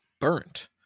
burnt